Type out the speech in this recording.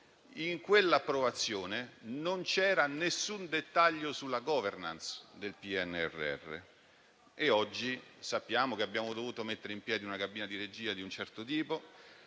in quell'approvazione non c'era nessun dettaglio sulla *governance* del PNRR. Oggi sappiamo che abbiamo dovuto mettere in piedi una cabina di regia di un certo tipo;